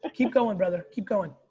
ah keep going brother. keep going.